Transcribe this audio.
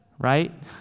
Right